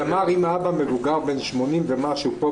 כלומר אם האבא מבוגר בן 80 ומעלה וחי